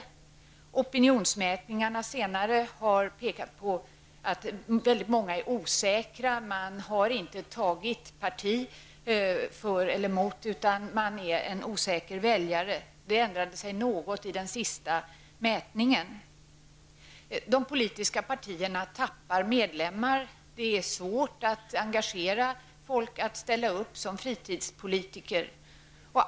De opionionsmätningar som senare har gjorts pekar på att väldigt många väljare är osäkra. Man har inte tagit ställning för eller emot, utan man är en osäker väljare. Detta ändrade sig dock något vid den senaste mätningen. De politiska partierna tappar medlemmar. Det är svårt att engagera folk som fritidspolitiker.